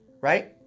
right